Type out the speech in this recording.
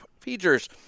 features